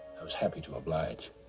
i was happy to oblige.